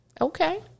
Okay